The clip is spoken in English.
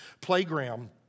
playground